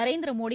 Narendra Modi